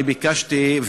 ביקשתי,